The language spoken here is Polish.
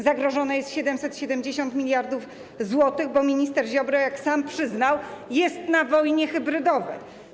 Zagrożone jest 770 mld zł, bo minister Ziobro, jak sam przyznał, jest na wojnie hybrydowej.